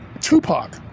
Tupac